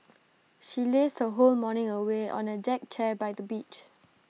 she lazed her whole morning away on A deck chair by the beach